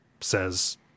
says